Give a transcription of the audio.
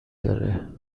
داره